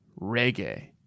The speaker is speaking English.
reggae